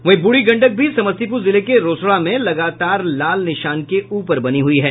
वहीं बूढ़ी गंडक भी समस्तीपुर जिले के रोसड़ा में लगातार लाल निशान के ऊपर बनी हुई है